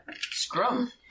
Scrum